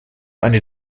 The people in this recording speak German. eine